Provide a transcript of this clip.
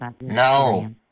no